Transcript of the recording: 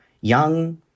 young